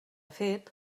fet